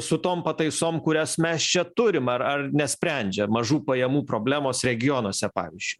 su tom pataisom kurias mes čia turim ar ar nesprendžia mažų pajamų problemos regionuose pavyzdžiui